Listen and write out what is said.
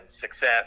success